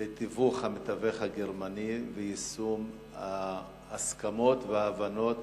בתיווך המתווך הגרמני ויישום ההסכמות וההבנות